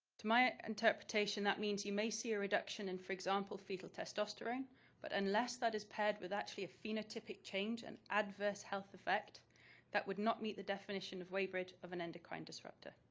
to my interpretation, that means you may see a reduction in, for example, fetal testosterone but unless that is paired with actually a phenotypic change an adverse health effect that would not meet the definition of weybridge of an endocrine disruptor.